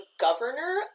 governor